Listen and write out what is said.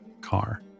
car